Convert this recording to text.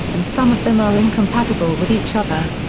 and some of them are incompatible with each other.